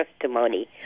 testimony